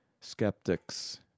skeptics